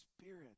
Spirit